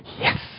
Yes